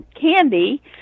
candy